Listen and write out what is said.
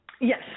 Yes